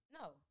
No